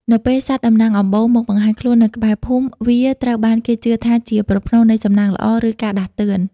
នៅពេលសត្វតំណាងអំបូរមកបង្ហាញខ្លួននៅក្បែរភូមិ វាត្រូវបានគេជឿថាជាប្រផ្នូលនៃសំណាងល្អ ឬការដាស់តឿន។